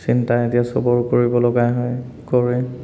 চিন্তা এতিয়া চবৰ কৰিব লগা হয় কৰে